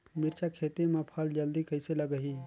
मिरचा खेती मां फल जल्दी कइसे लगही?